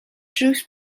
drws